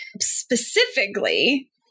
Specifically